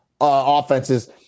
offenses